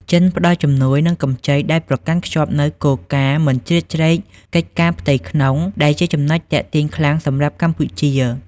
ចិនផ្ដល់ជំនួយ និងកម្ចីដោយប្រកាន់ខ្ជាប់នូវគោលការណ៍មិនជ្រៀតជ្រែកកិច្ចការផ្ទៃក្នុង ដែលជាចំណុចទាក់ទាញខ្លាំងសម្រាប់កម្ពុជា។